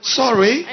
sorry